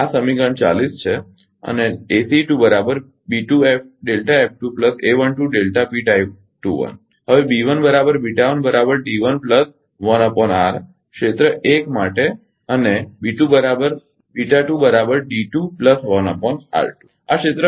તો આ સમીકરણ 40 છે અને હવે ક્ષેત્ર 1 માટે અને આ ક્ષેત્ર 2 માટે છે